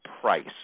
price